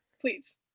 please